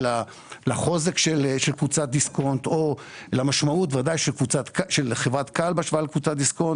לחוזק של קבוצת דיסקונט או למשמעות של חברת כאל בהשוואה לקבוצת דיסקונט,